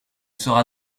sera